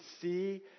see